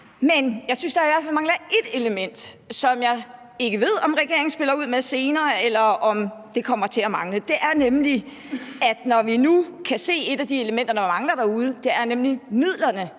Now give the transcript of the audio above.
Men jeg synes, der i hvert fald mangler ét element, som jeg ikke ved om regeringen spiller ud med senere, eller om det kommer til at mangle. Det er nemlig, at vi nu kan se, at et af de elementer, der mangler derude, er midlerne